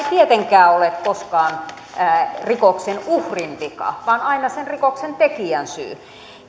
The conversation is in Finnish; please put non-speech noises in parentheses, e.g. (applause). (unintelligible) tietenkään ole koskaan rikoksen uhrin vika vaan aina sen rikoksen tekijän syy